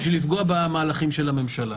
בשביל לפגוע במהלכים של הממשלה.